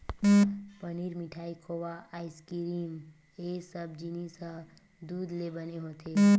पनीर, मिठाई, खोवा, आइसकिरिम ए सब जिनिस ह दूद ले बने होथे